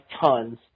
tons